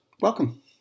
welcome